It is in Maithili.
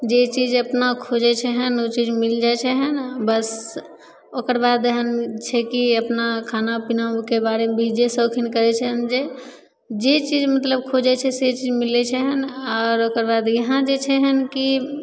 जे चीज अपना खोजय छै एहन उ चीज मिल जाइ छै एहन बस ओकर बाद एहन छै कि अपना खाना पीनाके बारेमे भी जे सौखिन करय छनि जे जे चीज मतलब खोजय छै से चीज मिलय छै एहन आर ओकर बाद इहाँ जे छै एहन कि